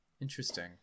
Interesting